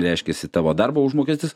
reiškiasi tavo darbo užmokestis